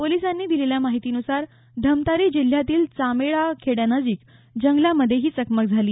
पोलिसांनी दिलेल्या माहितीनुसार धमतारी जिल्ह्यातील चामेडा खेड्यानजिक जंगलामध्ये ही चकमक झाली